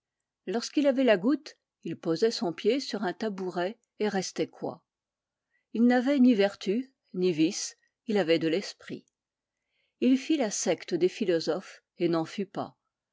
lorsqu'il avait la goutte il posait son pied sur un tabouret et restait coi il n'avait ni vertus ni vices il avait de l'esprit il fit la secte des philosophes et n'en fut pas